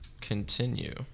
Continue